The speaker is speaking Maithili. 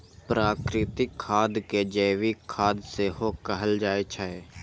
प्राकृतिक खाद कें जैविक खाद सेहो कहल जाइ छै